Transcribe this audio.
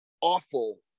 awful